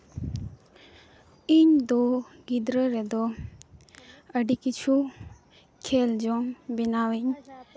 ᱤᱧᱫᱚ ᱜᱤᱫᱽᱨᱟᱹ ᱨᱮᱫᱚ ᱟᱹᱰᱤ ᱠᱤᱪᱷᱩ ᱠᱷᱮᱞ ᱡᱚᱝ ᱵᱮᱱᱟᱣᱤᱧ